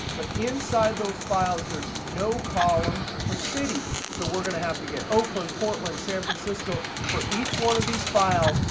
but inside those files there's no column for city. so we're going to have to get oakland, portland, san francisco for each one of these files,